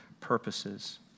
purposes